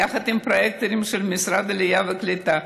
יחד עם פרויקטורים של משרד העלייה והקליטה,